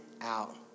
out